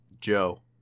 Joe